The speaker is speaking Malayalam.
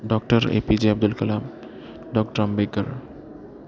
doctor A P J Abdul Kalam doctor Ambedkar